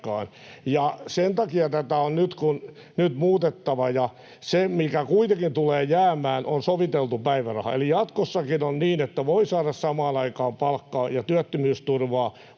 sen takia tätä on nyt muutettava. Se, mikä kuitenkin tulee jäämään, on soviteltu päiväraha, eli jatkossakin on niin, että voi saada samaan aikaan palkkaa ja työttömyysturvaa,